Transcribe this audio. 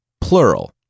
plural